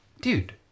dude